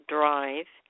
Drive